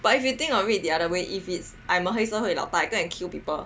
but if you think of it the other way if it is I am a 黑社会老大 go and kill people